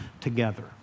together